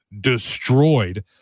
destroyed